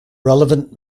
relevant